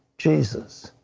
jesus.